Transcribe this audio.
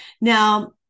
Now